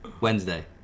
Wednesday